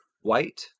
white